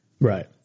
Right